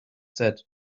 said